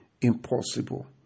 impossible